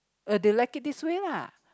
uh they like it this way lah